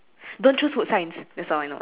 don't choose food science that's all I know